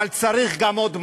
אבל צריך גם עוד משהו,